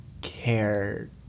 care